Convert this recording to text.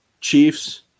Chiefs